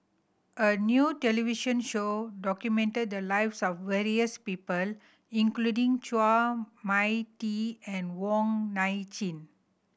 a new television show documented the lives of various people including Chua Mia Tee and Wong Nai Chin